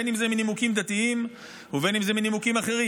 בין שזה מנימוקים דתיים ובין שזה מנימוקים אחרים,